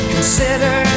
Consider